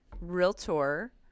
realtor